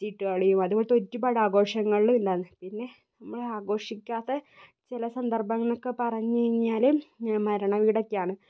ചീട്ടുകളിയും അതുപോലെ തന്നെ ഒരുപാട് ആഘോഷങ്ങളും ഉണ്ടാകും പിന്നെ നമ്മള് ആഘോഷിക്കാത്ത ചില സന്ദർഭങ്ങള് എന്നൊക്കെ പറഞ്ഞു കഴിഞ്ഞാല് മരണ വീടൊക്കെയാണ്